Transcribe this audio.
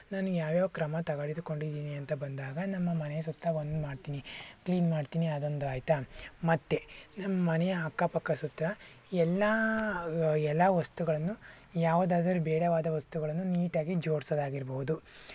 ನಾನು ಯಾವ್ಯಾವ ಕ್ರಮ ತಗದುಕೊಂಡಿದೀನಿ ಅಂತ ಬಂದಾಗ ನಮ್ಮ ಮನೆಯ ಸುತ್ತ ಒಂದು ಮಾಡ್ತೀನಿ ಕ್ಲೀನ್ ಮಾಡ್ತೀನಿ ಅದೊಂದು ಆಯಿತಾ ಮತ್ತು ನಮ್ಮ ಮನೆಯ ಅಕ್ಕಪಕ್ಕ ಸುತ್ತ ಎಲ್ಲ ಎಲ್ಲ ವಸ್ತುಗಳನ್ನು ಯಾವುದಾದರೂ ಬೇಡವಾದ ವಸ್ತುಗಳನ್ನು ನೀಟಾಗಿ ಜೋಡಿಸೋದಾಗಿರ್ಬಹ್ದು